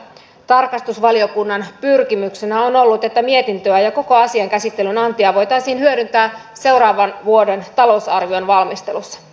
tarkastusvaliokunnan pyrkimyksenä on ollut että mietintöä ja koko asian käsittelyn antia voitaisiin hyödyntää seuraavan vuoden talousarvion valmistelussa